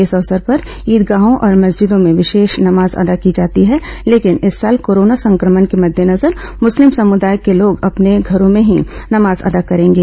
इस अवसर पर ईदगाहों और मस्जिदों में विशेष नमाज अदा की जाती है लेकिन इस साल कोरोना संक्रमण के मद्देनजर मुस्लिम समुदाय के लोग अपने घरों में ही नमाज अदा करेंगे